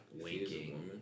winking